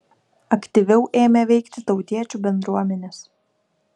aktyviau ėmė veikti tautiečių bendruomenės